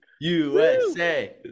USA